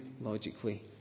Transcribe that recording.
logically